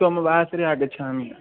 सोमवासरे आगच्छामि